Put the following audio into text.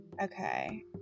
Okay